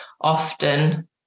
often